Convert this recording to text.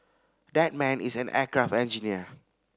that man is an aircraft engineer